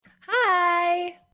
Hi